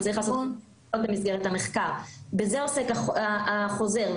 בזה עוסק החוזר.